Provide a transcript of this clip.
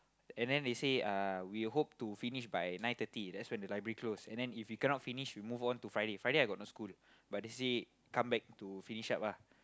and then they say uh we hope to finish by nine thirty that's when the library close and then if we cannot finish we move on to Friday Friday I got no school but they say come back to finish up ah